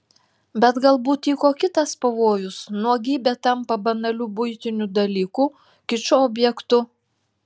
bet galbūt tyko kitas pavojus nuogybė tampa banaliu buitiniu dalyku kičo objektu